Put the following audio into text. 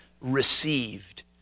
received